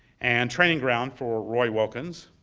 and training ground for roy wilkins,